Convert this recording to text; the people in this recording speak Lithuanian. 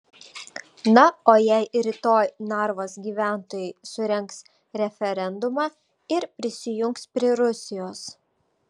na o jei rytoj narvos gyventojai surengs referendumą ir prisijungs prie rusijos